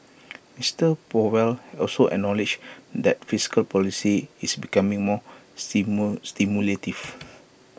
Mister powell also acknowledged that fiscal policy is becoming more stimulative